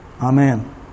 Amen